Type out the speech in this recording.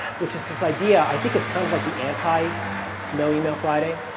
which is this idea i think it's kind of like the anti no email friday.